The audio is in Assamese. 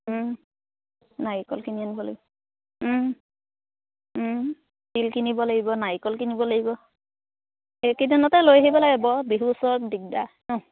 নাৰিকল কিনি আনিব লাগিব তিল কিনিব লাগিব নাৰিকল কিনিব লাগিব এইকেইদিনতে লৈ আহিব লাগে বৰ বিহু ওচৰত দিগদাৰ